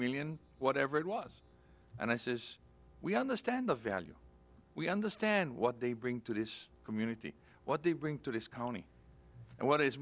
million whatever it was and i says we understand the value we understand what they bring to this community what they bring to this county and what